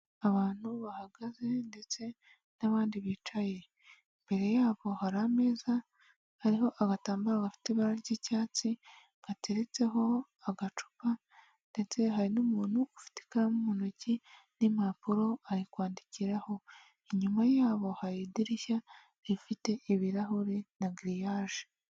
Abantu bahagaze ndetse n'abandi bicaye, imbere yabo hari ameza ariho agatambaro gafite ibara ry'icyatsi gateretseho agacupa ndetse hari n'umuntu ufite ikaramu mu ntoki n'impapuro ari kwandikiraho, inyuma yabo hari idirishya rifite ibirahure na giriyaje.